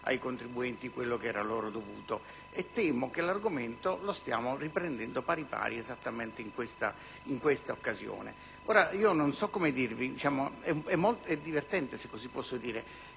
ai contribuenti quanto era loro dovuto, e temo che l'argomento lo stiamo riprendendo pari pari in questa occasione. Non so come dirvi, è divertente, se così posso dire,